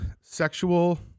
sexual